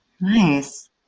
Nice